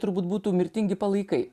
turbūt būtų mirtingi palaikai